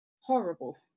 horrible